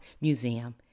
Museum